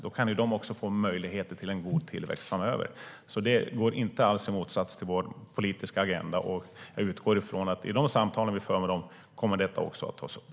Då kan de få möjligheter till en god tillväxt framöver. Det står inte alls i motsättning till vår politiska agenda. Jag utgår från att detta kommer att tas upp i de samtal vi för med dem.